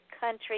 country